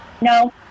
No